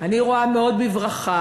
אני רואה מאוד בברכה,